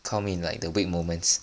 come in like the weak moments